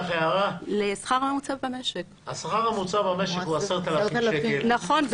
השכר הממוצע במשק הוא 10,000 שקל -- נכון,